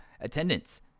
Attendance